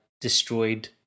destroyed